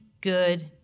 good